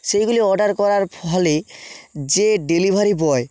সেইগুলি অর্ডার করার ফলে যে ডেলিভারি বয়